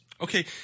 Okay